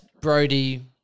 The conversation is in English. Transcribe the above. Brody